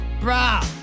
Bra